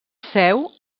seu